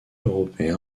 européen